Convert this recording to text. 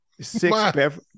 six